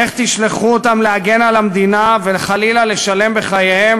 איך תשלחו אותם להגן על המדינה וחלילה לשלם בחייהם